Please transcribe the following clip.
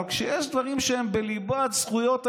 אבל יש דברים שהם בליבת זכויות האזרח,